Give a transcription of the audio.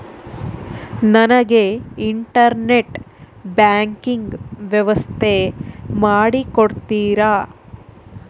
ನನಗೆ internet banking ವ್ಯವಸ್ಥೆ ಮಾಡಿ ಕೊಡ್ತೇರಾ?